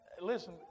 Listen